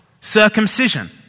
Circumcision